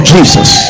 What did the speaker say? Jesus